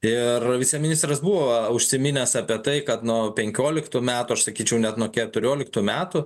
ir viceministras buvo užsiminęs apie tai kad nuo penkioliktų metų aš sakyčiau net nuo keturioliktų metų